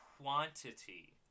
quantity